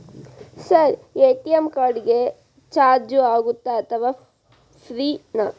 Sir ATM card ಗೆ charge ಆಗುತ್ತಾ ಅಥವಾ ಫ್ರೇ ನಾ?